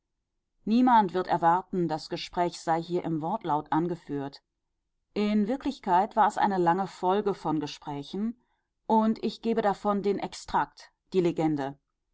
niemand wird erwarten das gespräch sei hier im wortlaut angeführt in wirklichkeit war es eine lange folge von gesprächen und ich gebe davon den extrakt die legende